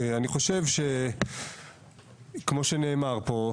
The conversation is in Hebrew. אני חושב שכמו שנאמר פה,